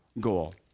goal